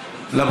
אני,